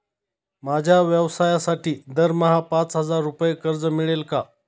माझ्या व्यवसायासाठी दरमहा पाच हजार रुपये कर्ज मिळेल का?